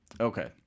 Okay